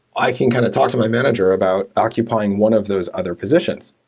i can kind of talk to my manager about occupying one of those other positions.